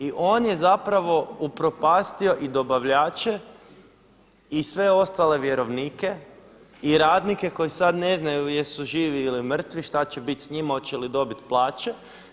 I on je zapravo upropastio i dobavljače i sve ostale vjerovnike i radnike koji sada ne znaju jesu li živi ili mrtvi, šta će biti s njima, hoće li dobiti plaće.